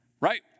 Right